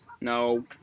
No